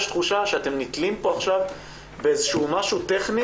יש תחושה שאתם נתלים פה עכשיו באיזה שהוא משהו טכני